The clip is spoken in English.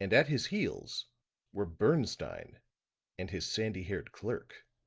and at his heels were bernstine and his sandy-haired clerk.